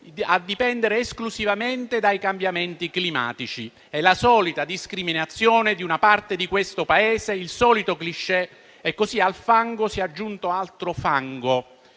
a dipendere esclusivamente dai cambiamenti climatici. È la solita discriminazione di una parte di questo Paese, il solito *cliché*, e così al fango si è aggiunto altro fango.